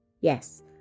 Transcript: Yes